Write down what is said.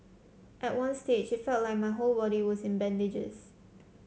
at one stage it felt like my whole body was in bandages